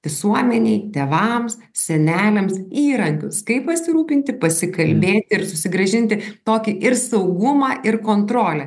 visuomenei tėvams seneliams įrankius kaip pasirūpinti pasikalbėti ir susigrąžinti tokį ir saugumą ir kontrolę